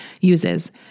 uses